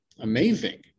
amazing